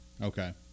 okay